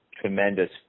tremendous